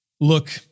Look